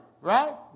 right